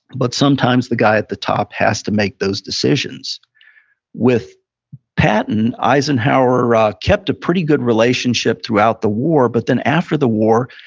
but sometimes the guy at the top has to make those decisions with patton, eisenhower ah kept a pretty good relationship throughout the war. but then after the war,